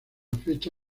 fecha